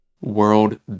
world